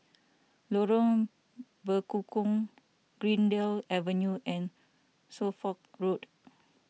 Lorong Bekukong Greendale Avenue and Suffolk Road